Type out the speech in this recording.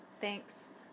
Thanks